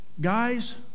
guys